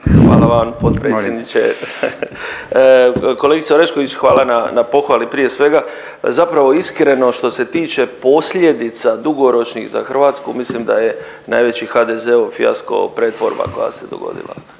Molim./... Kolegice Orešković, hvala na pohvali, prije svega. Zapravo iskreno, što se tiče posljedica dugoročnih za Hrvatsku, mislim da je najveći HDZ-ov fijasko pretvorba koja se dogodila